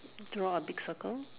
draw a big circle